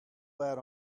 that